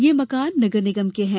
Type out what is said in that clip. ये मकान नगर निगम के हैं